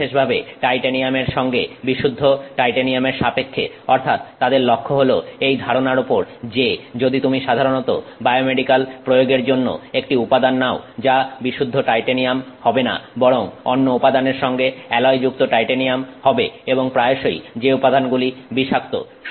তাই বিশেষভাবে টাইটেনিয়ামের সাপেক্ষে বিশুদ্ধ টাইটেনিয়ামের সাপেক্ষে অর্থাৎ তাদের লক্ষ্য হলো এই ধারণার ওপর যে যদি তুমি সাধারণত বায়োমেডিক্যাল প্রয়োগের জন্য একটি উপাদান নাও যা বিশুদ্ধ টাইটেনিয়াম হবে না বরং অন্য উপাদানের সঙ্গে অ্যালয়যুক্ত টাইটেনিয়াম হবে এবং প্রায়শই যে উপাদানগুলি বিষাক্ত